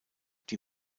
die